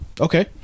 Okay